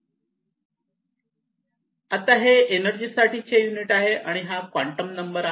आता हे एनर्जीसाठी चे युनिट आहे आणि हा क्वांटम नंबर आहे